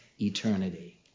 eternity